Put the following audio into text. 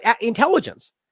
intelligence